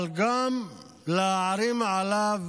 אבל גם להערים עליו